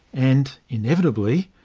and, inevitably,